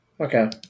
Okay